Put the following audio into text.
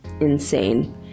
insane